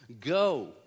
go